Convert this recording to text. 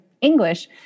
English